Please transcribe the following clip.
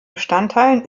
bestandteilen